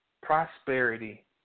prosperity